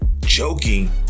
joking